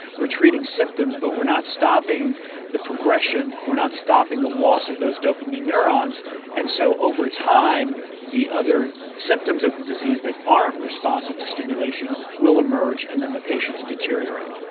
we are treating symptoms but we are not stopping the progression, we are not stopping the loss of those dopamine neurones and so over time the other symptoms of the disease that aren't responsive to stimulation will emerge and then the patients deteriorate.